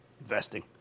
Investing